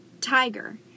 tiger